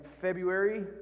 February